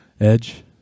Edge